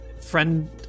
friend